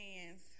hands